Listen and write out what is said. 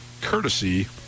courtesy